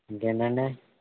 ఇంకేంటండీ